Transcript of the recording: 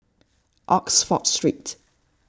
Oxford Street